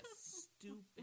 stupid